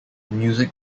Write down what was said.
music